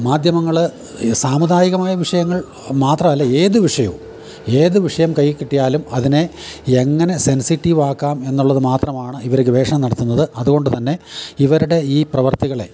മാധ്യമങ്ങൾ ഈ സാമുദായികമായ വിഷയങ്ങൾ മാത്ര അല്ല ഏത് വിഷയവും ഏത് വിഷയം കയ്യി കിട്ടിയാലും അതിനെ എങ്ങനെ സെൻസിറ്റീവാക്കാം എന്നുള്ളത് മാത്രമാണ് ഇവർ ഗവേഷണം നടത്തുന്നത് അതുകൊണ്ട് തന്നെ ഇവരുടെ ഈ പ്രവർത്തികളെ